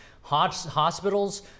Hospitals